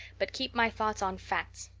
but keep my thoughts on facts.